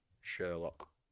Sherlock